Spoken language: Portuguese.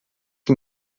que